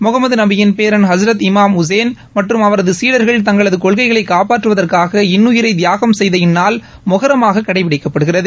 மொகமது நபியின் பேரன் ஹஸ்ரத் இமாம் உஸேன் மற்றும் அவரது சீடர்கள் தங்களது கொள்கைகளை காப்பாற்றுவதற்காக இன்னுயிரை தியாகம் செய்த இந்நாள் மொகரமாக கடைபிடிக்கப்படுகிறது